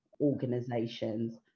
organizations